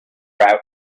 route